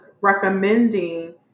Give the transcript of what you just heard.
recommending